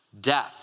death